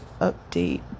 update